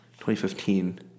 2015